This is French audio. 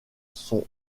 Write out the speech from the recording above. sont